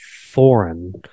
foreign